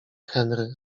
henry